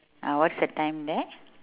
uh what's the time there